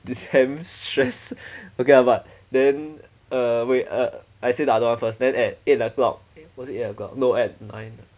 it's damn stress okay ah but then err wait uh I say the other one first then at eight o'clock was it eight o'clock no at nine ah